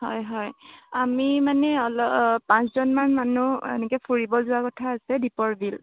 হয় হয় আমি মানে অলপ পাঁচজনমান মানুহ এনেকৈ ফুৰিব যোৱা কথা আছে দীপৰ বিল